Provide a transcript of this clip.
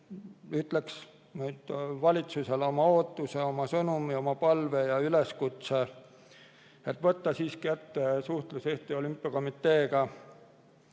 ütleks nüüd valitsusele oma ootuse, oma sõnumi, oma palve ja üleskutse võtta siiski ette suhtlus Eesti Olümpiakomiteega